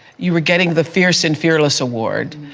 you were getting the fierce and fearless award.